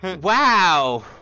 Wow